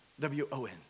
W-O-N